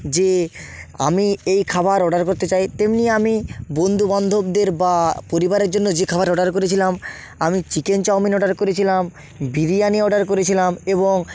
যে আমি এই খাবার অর্ডার করতে চাই তেমনি আমি বন্ধু বান্ধবদের বা পরিবারের জন্য যে খাবার অর্ডার করেছিলাম আমি চিকেন চাউমিন অর্ডার করেছিলাম বিরিয়ানি অর্ডার করেছিলাম এবং